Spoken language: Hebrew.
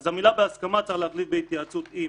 את המילה "בהסכמת" צריך להחליף "בהתייעצות עם".